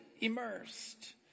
immersed